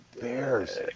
Bears